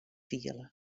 fiele